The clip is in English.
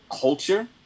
culture